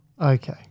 Okay